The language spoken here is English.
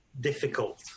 difficult